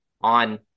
on